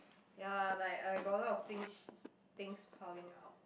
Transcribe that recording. ya like I got a lot of things things piling up